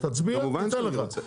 תצביע ניתן לך,